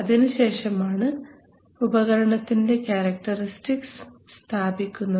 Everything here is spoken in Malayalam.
അതിനു ശേഷമാണ് ഉപകരണത്തിൻറെ ക്യാരക്ടറിസ്റ്റിക്സ് സ്ഥാപിക്കുന്നത്